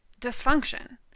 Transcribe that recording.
dysfunction